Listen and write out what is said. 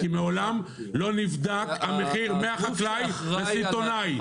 כי מעולם לא נבדק המחיר מהחקלאי לסיטונאי.